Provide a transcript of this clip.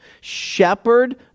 shepherd